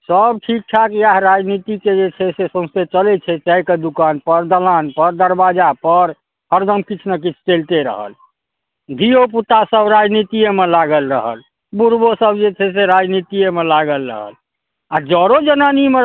सब ठीक ठाक इएह राजनीति के जे छै से सउसे चलै छै चाय के दुकान पर दलान पर दरबाजा पर हरदम किछु ने किछु चैलते रहल धियो पुता सब राजनितीये मे लागल रहल बुढ़बोसब जे छै से राजनितीये मे लागल रहल आ जरो जनानी म